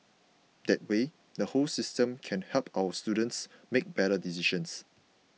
that way the whole system can help our students make better decisions